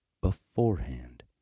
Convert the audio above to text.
beforehand